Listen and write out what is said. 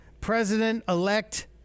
President-elect